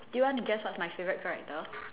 do you want to guess what's my favourite character